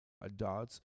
adults